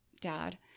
dad